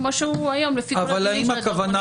כמו שהוא היום לפי --- תעודות זהות.